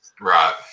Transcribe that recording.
Right